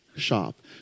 shop